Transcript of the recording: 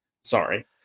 sorry